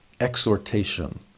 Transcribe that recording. exhortation